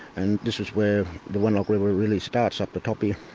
and this is where the wenlock river really starts, up the top here,